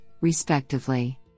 respectively